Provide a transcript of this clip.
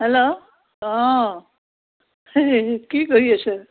hello অঁ কি কৰি আছে